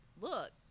look